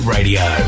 Radio